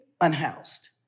unhoused